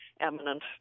eminent